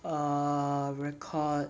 a record